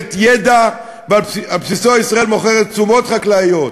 ידע ועל בסיסו ישראל מוכרת תשומות חקלאיות,